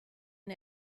and